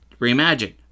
Reimagine